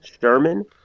Sherman